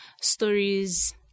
stories